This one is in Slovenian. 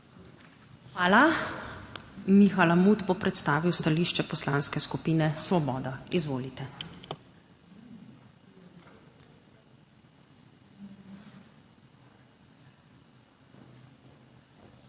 Hvala. Miha Lamut bo predstavil stališče Poslanske skupine Svoboda. Izvolite.